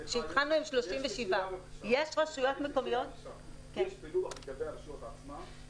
כשהתחלנו עם 37. יש פילוח לגבי הרשויות עצמן?